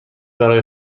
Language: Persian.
برای